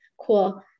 cool